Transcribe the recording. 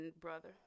brother